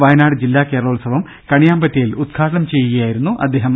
വയനാട് ജില്ലാ കേരളോത്സവം കണിയാമ്പറ്റയിൽ ഉദ്ഘാടനം ചെയ്യുകയായിരുന്നു അദ്ദേഹം